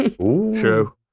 True